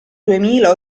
duemila